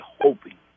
hoping